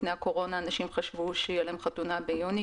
לפני הקורונה אנשים חשבו שתהיה להם חתונה במאי,